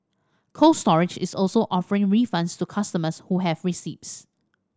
Cold Storage is also offering refunds to customers who have receipts